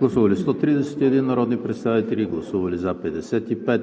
Гласували 138 народни представители: за 92,